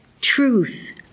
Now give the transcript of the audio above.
truth